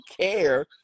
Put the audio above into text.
care